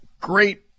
Great